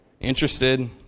interested